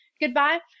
goodbye